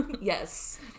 yes